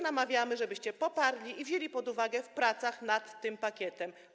Namawiamy, żebyście je poparli i wzięli pod uwagę w pracach nad tym pakietem.